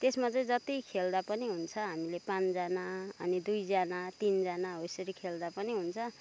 त्यसमा चाहिँ जति खेल्दा पनि हुन्छ हामीले पाँचजना अनि दुईजना तिनजना हो यसरी खेल्दा पनि हुन्छ